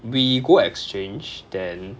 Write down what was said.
we go exchange then